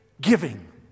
Giving